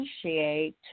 appreciate